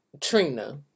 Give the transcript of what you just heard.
Trina